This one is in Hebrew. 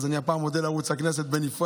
אז אני מודה הפעם לערוץ הכנסת בנפרד,